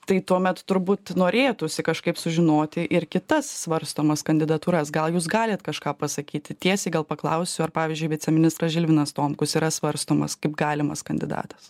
tai tuomet turbūt norėtųsi kažkaip sužinoti ir kitas svarstomas kandidatūras gal jūs galit kažką pasakyti tiesiai gal paklausiu ar pavyzdžiui viceministras žilvinas tomkus yra svarstomas kaip galimas kandidatas